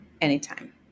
Anytime